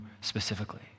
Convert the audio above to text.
specifically